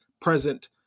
present